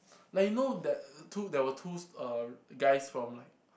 like you know the there were two uh guys from like